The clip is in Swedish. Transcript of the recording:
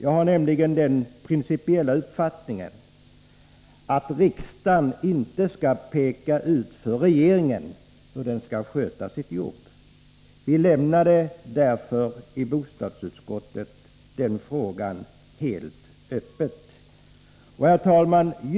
Jag har nämligen den principiella uppfattningen att riksdagen inte skall peka ut för regeringen hur den skall sköta sitt jobb. Vi lämnade därför i bostadsutskottet den frågan helt öppen.